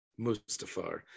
Mustafar